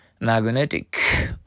Magnetic